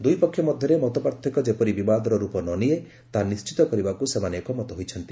ଦୁଇ ପକ୍ଷ ମଧ୍ୟରେ ମତପାର୍ଥକ୍ୟ ଯେପରି ବିବାଦର ରୂପ ନ ନିଏ ତାହା ନିଶ୍ଚିତ କରିବାକୁ ସେମାନେ ଏକମତ ହୋଇଛନ୍ତି